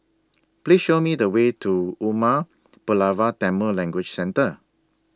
Please Show Me The Way to Umar Pulavar Tamil Language Centre